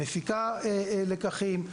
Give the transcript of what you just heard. מפיקה לקחים,